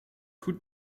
goed